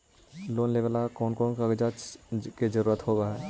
Loan लेबे ला कौन कौन कागजात के जरुरत होबे है?